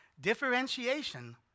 differentiation